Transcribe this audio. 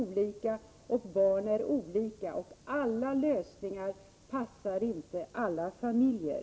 olika, och barn är olika, och alla lösningar passar inte alla familjer.